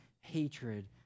hatred